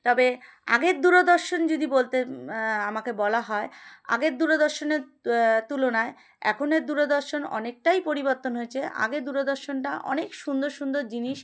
তবে আগের দূরদর্শন যদি বলতে আমাকে বলা হয় আগের দূরদর্শনের তুলনায় এখনের দূরদর্শন অনেকটাই পরিবর্তন হয়েছে আগের দূরদর্শনটা অনেক সুন্দর সুন্দর জিনিস